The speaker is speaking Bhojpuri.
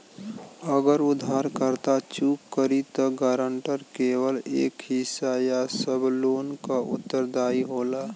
अगर उधारकर्ता चूक करि त गारंटर केवल एक हिस्सा या सब लोन क उत्तरदायी होला